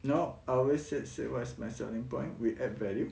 no I always say say what's my selling point we add value